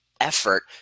effort